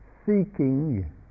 seeking